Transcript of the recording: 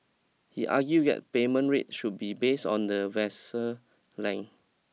he argued that payment rate should be based on the vessel length